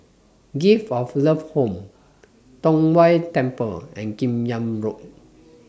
Gift of Love Home Tong Whye Temple and Kim Yam Road